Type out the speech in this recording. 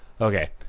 Okay